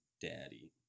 Daddy